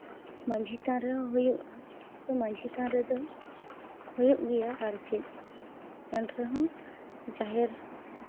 ᱢᱟᱹᱡᱷᱤ ᱛᱷᱟᱱ ᱨᱮᱦᱚᱸ ᱦᱩᱭᱩᱜᱼᱟ ᱛᱚ ᱢᱟᱹᱡᱷᱤ ᱛᱷᱟᱱ ᱨᱮᱫᱚ ᱦᱩᱭᱩᱜ ᱜᱮᱭᱟ ᱟᱨ ᱪᱮᱫ ᱮᱱ ᱨᱮᱦᱚᱸ ᱡᱟᱦᱮᱨ